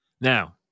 Now